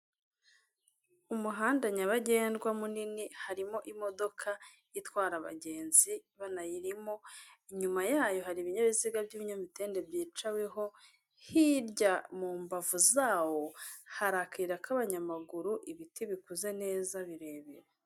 Umuhanda nyabagendwa munini, harimo imodoka itwara abagenzi, banayirimo, inyuma yayo hari ibinyabiziga by'ibinyamitende byicaweho, hirya mu mbavu zawo, hari akayira k'abanyamaguru, ibiti bikuze neza birebire.